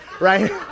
right